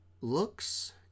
looks